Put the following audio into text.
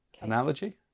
Analogy